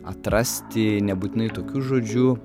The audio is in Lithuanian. atrasti nebūtinai tokiu žodžiu